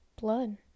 Blood